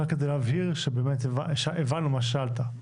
כדי להבהיר שהבנו מה ששאלת.